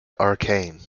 arcane